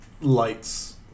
lights